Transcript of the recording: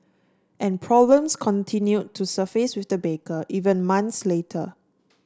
and problems continued to surface with the baker even months later